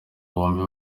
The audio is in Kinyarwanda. bombi